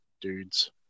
Dudes